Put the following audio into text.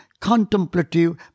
contemplative